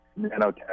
Nanotech